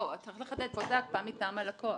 לא, צריך לחדד, פה זה הקפאה מטעם הלקוח.